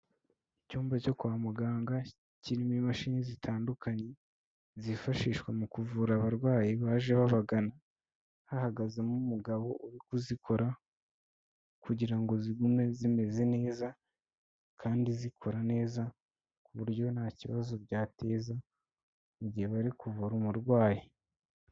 Icyumba cyo kwa muganga kirimo imashini zitandukanye zifashishwa mu kuvura abarwayi baje babagana, hahagazemo umugabo uri kuzikora kugira ngo zigume zimeze neza kandi zikora neza, ku buryo nta kibazo byateza igihe bari kuvura umurwayi.